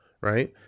Right